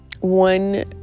one